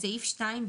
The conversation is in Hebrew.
סעיף 2,